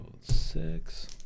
six